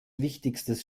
wichtigstes